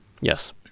Yes